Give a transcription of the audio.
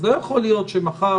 אז לא יכול להיות שמחר,